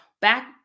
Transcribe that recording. back